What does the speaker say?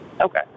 Okay